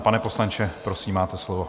Pane poslanče, prosím, máte slovo.